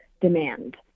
demand